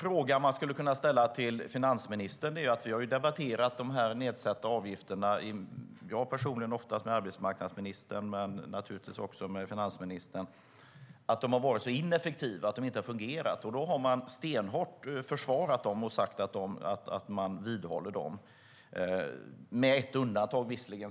Vi har debatterat de här nedsatta avgifterna flera gånger, jag personligen oftast med arbetsmarknadsministern, men naturligtvis också med finansministern. Vi har tagit upp hur ineffektiva nedsättningarna varit. De har inte fungerat. Då har man stenhårt försvarat dem och stått fast vid dem - visserligen med ett undantag.